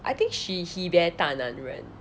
I think she he bit 大男人